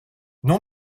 non